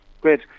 great